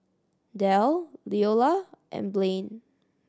Del Leola and Blain